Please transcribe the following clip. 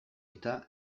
eta